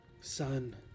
Son